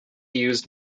used